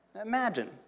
Imagine